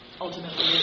ultimately